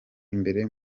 imbere